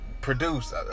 produced